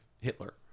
Hitler